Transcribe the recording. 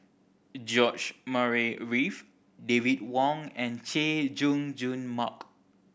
George Murray Reith David Wong and Chay Jung Jun Mark